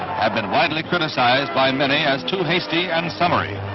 have been widely criticised by many as too hasty and summary,